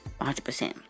100%